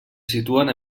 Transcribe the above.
situen